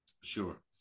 Sure